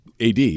ad